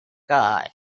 guy